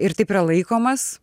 ir taip yra laikomas